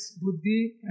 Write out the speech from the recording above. Buddhi